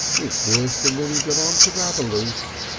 it's worse than when he got on to raboloose.